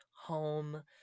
home